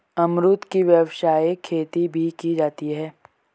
अमरुद की व्यावसायिक खेती भी की जाती है